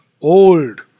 old